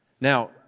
Now